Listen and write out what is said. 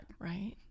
Right